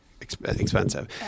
expensive